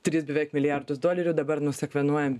tris beveik milijardus dolerių dabar nusekvenuojam